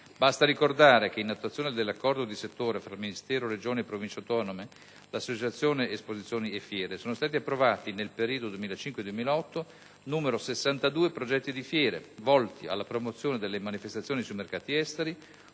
Basta ricordare che, in attuazione dell'accordo di settore tra il Ministero, le Regioni e le Province autonome, l'Associazione esposizioni e fiere sono stati approvati, nel periodo 2005-2008, 62 progetti di fiere, volti alla promozione delle manifestazioni sui mercati esteri